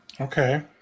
Okay